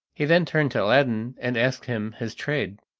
he then turned to aladdin, and asked him his trade,